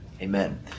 Amen